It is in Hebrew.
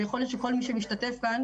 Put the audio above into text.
ויכול להיות שכל מי שמשתתף כאן,